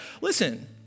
Listen